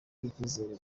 icyizere